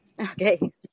Okay